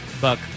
buck